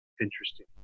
interesting